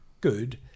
good